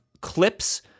clips